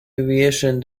aviation